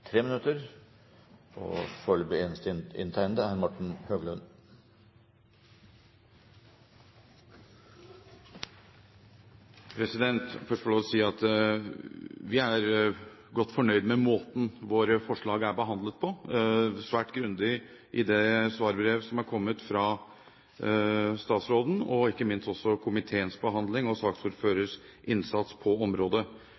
å si at vi er godt fornøyd med måten våre forslag er behandlet på – svært grundig i det svarbrevet som er kommet fra statsråden, og ikke minst også komiteens behandling og